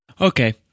Okay